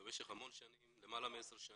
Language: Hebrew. ובמשך המון שנים, למעלה מעשר שנים.